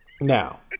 Now